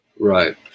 right